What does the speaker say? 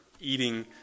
eating